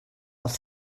els